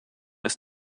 ist